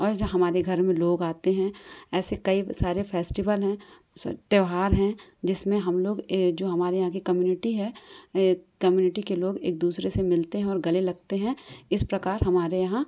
और जो हमारे घर में लोग आते हैं ऐसे कई सारे फेस्टिवल हैं स त्योहार हैं जिसमें हम लोग जो हमारे यहाँ की कम्युनिटी है कम्युनिटी के लोग एक दूसरे से मिलते हैं और गले लगते हैं इस प्रकार हमारे यहाँ